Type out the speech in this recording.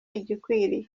igikwiye